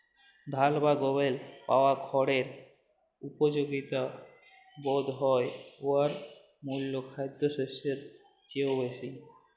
ধাল বা গমেল্লে পাওয়া খড়ের উপযগিতা বধহয় উয়ার মূল খাদ্যশস্যের চাঁয়েও বেশি